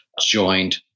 joined